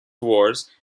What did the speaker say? wars